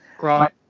Right